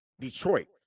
Detroit